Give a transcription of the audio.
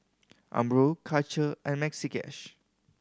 Umbro Karcher and Maxi Cash